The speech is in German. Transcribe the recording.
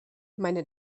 meine